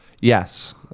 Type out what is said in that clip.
yes